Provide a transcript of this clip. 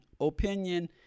Opinion